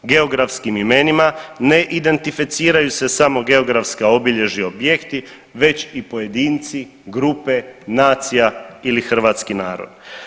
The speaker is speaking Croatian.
Geografskim imenima ne identificiraju se samo geografska obilježja i objekti već i pojedinci, grupe, nacija ili hrvatski narod.